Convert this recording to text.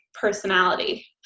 personality